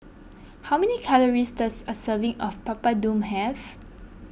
how many calories does a serving of Papadum have